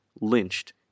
lynched